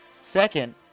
Second